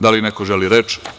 Da li neko želi reč?